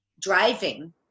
driving